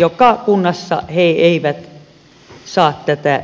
joka kunnassa he eivät saa tätä etua